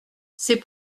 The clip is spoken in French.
c’est